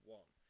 one